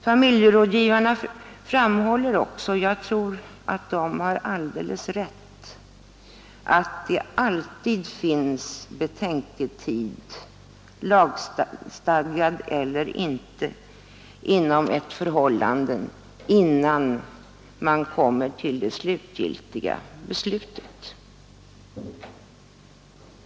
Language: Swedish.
Familjerådgivarna framhåller också, och där tror jag att de har alldeles rätt, att det i ett familjeförhållande alltid finns betänketid, lagstadgad eller inte, innan man kommer till det definitiva beslutet.